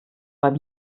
beim